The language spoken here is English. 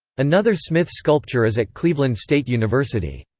another smith sculpture is at cleveland state university.